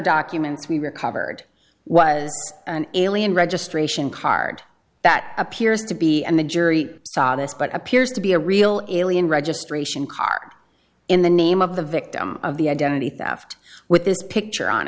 documents we recovered was an alien registration card that appears to be and the jury saw this but appears to be a real italian registration card in the name of the victim of the identity theft with this picture on